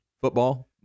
Football